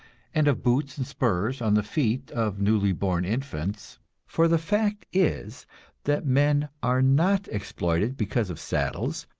and of boots and spurs on the feet of newly born infants for the fact is that men are not exploited because of saddles,